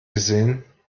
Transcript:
gesehen